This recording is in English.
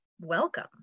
Welcome